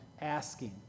asking